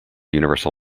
universal